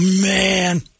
Man